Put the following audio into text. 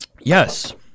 Yes